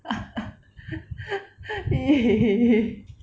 !ee!